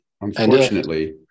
Unfortunately